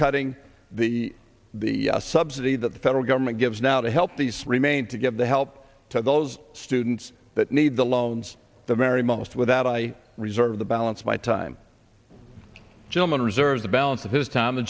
cutting the the subsidy that the federal government gives now to help these remain to get the help to those students that need the loans the mary most without i reserve the balance of my time gentleman reserves the balance of his time